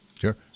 Sure